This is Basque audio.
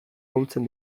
ahultzen